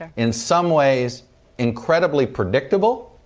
in some ways incredibly predictable,